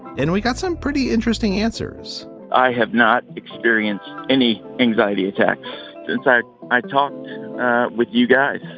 and we got some pretty interesting answers i have not experienced any anxiety attacks since i i talked with you guys.